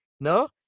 ¿No